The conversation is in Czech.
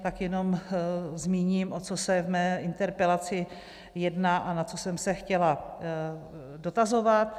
Tak jenom zmíním, o co se v mé interpelaci jedná a na co jsem se chtěla dotazovat.